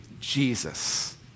Jesus